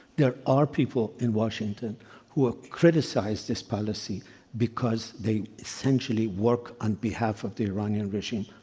there are people in washington who ah criticize this policy because they essentially work on behalf of the iranian regime.